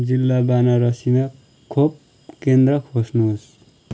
जिल्ला बानारसीमा खोप केन्द्र खोज्नुहोस्